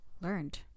learned